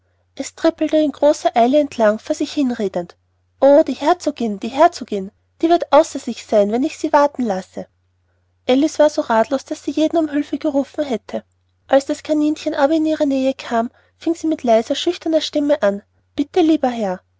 es trippelte in großer eile entlang vor sich hin redend oh die herzogin die herzogin die wird mal außer sich sein wenn ich sie warten lasse alice war so rathlos daß sie jeden um hülfe angerufen hätte als das kaninchen daher in ihre nähe kam fing sie mit leiser schüchterner stimme an bitte lieber herr